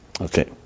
Okay